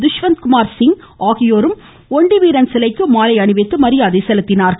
துஷ்வந்த்குமார் சிங்கும் ஒண்டி வீரன் சிலைக்கு மாலை அணிவித்து மரியாதை செலுத்தினர்